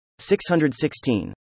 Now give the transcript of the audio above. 616